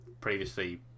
previously